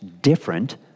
different